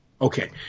Okay